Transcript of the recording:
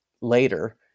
later